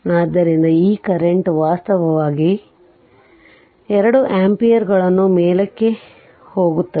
ಆದ್ದರಿಂದ ಈ ಕರೆಂಟ್ ವಾಸ್ತವವಾಗಿ ಎರಡು ಆಂಪಿಯರ್ಗಳನ್ನು ಮೇಲಕ್ಕೆ ಹೋಗುತ್ತದೆ